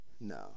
No